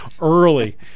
Early